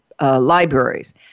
libraries